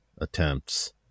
attempts